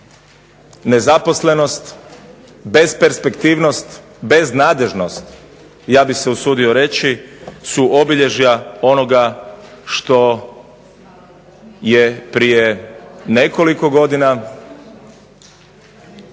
nezaposlenost, besperspektivnost, …/Ne razumije se./… i ja bih se usudio reći su obilježja onoga što je prije nekoliko godina obilježeno